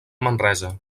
manresa